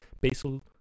Basil